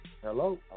Hello